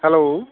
hello